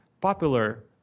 popular